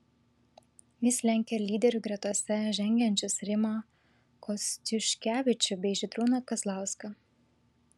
jis lenkia lyderių gretose žengiančius rimą kostiuškevičių bei žydrūną kazlauską